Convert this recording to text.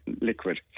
liquid